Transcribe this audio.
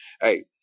Hey